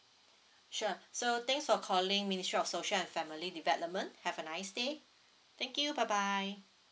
sure so thanks for calling ministry of social and family development have a nice day thank you bye bye